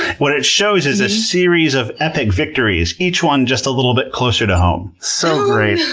what it shows is a series of epic victories each one just a little bit closer to home. so great.